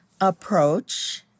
approach